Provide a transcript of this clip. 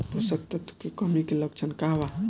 पोषक तत्व के कमी के लक्षण का वा?